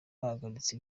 bahagaritse